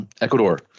Ecuador